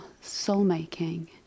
soul-making